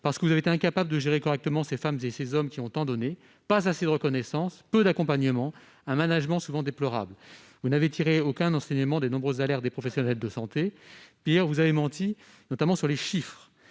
Parce que vous avez été incapables de gérer correctement ces femmes et ces hommes qui ont tant donné. Ils n'ont pas reçu assez de reconnaissance, ont bénéficié de peu d'accompagnement et d'un management souvent déplorable. Vous n'avez tiré aucun enseignement des nombreuses alertes des professionnels de santé. Pire encore, vous avez menti, notamment sur les chiffres.